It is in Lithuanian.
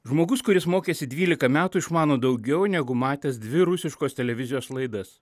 žmogus kuris mokėsi dvylika metų išmano daugiau negu matęs dvi rusiškos televizijos laidas